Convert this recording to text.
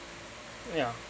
yeah